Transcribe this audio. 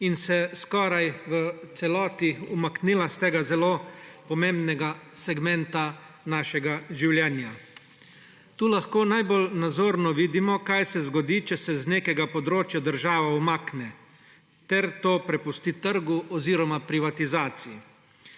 in se skoraj v celoti umaknila s tega zelo pomembnega segmenta našega življenja. Tu lahko najbolj nazorno vidimo, kaj se zgodi, če se iz nekega področja država umakne ter to prepusti trgu oziroma privatizaciji.